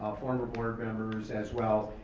ah former board members as well,